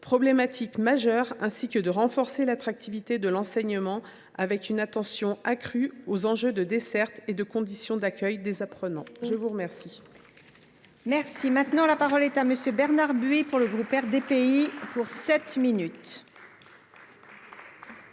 problématiques majeures. Nous devons aussi renforcer l’attractivité de l’enseignement, avec une attention accrue aux enjeux de desserte et de conditions d’accueil des apprenants. La parole